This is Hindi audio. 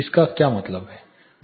इसका क्या मतलब है